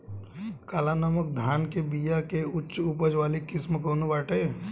काला नमक धान के बिया के उच्च उपज वाली किस्म कौनो बाटे?